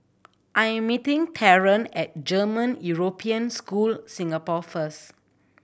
I am meeting Theron at German European School Singapore first